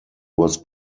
was